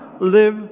live